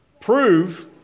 prove